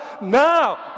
Now